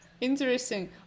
interesting